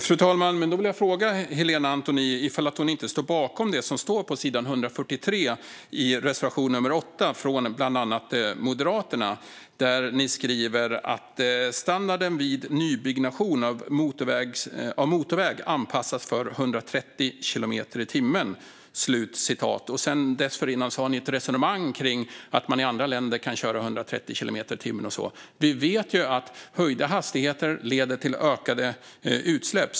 Fru talman! Då vill jag fråga Helena Antoni om hon inte står bakom det som står på sidan 143 i reservation nummer 8 från bland annat Moderaterna. Ni skriver att "standarden vid nybyggnation av motorväg anpassas för 130 km/tim". Dessförinnan för ni ett resonemang om att man i andra länder kan köra 130 kilometer i timmen. Vi vet att höjda hastigheter leder till ökade utsläpp.